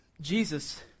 Jesus